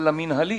אבל המינהלית.